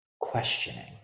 questioning